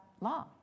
law